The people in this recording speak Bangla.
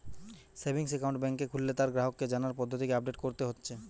সেভিংস একাউন্ট বেংকে খুললে তার গ্রাহককে জানার পদ্ধতিকে আপডেট কোরতে হচ্ছে